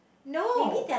no